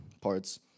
parts